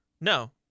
no